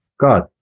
God